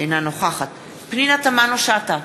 אינה נוכחת פנינה תמנו-שטה,